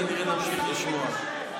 כנראה נמשיך לשמוע.